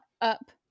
up